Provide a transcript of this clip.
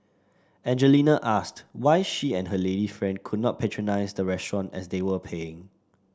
Angelina asked why she and her lady friend could not patronise the restaurant as they were paying